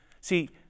See